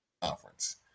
conference